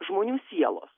žmonių sielos